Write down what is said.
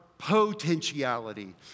potentiality